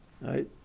right